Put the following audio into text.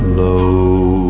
low